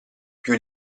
più